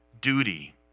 duty